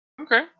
Okay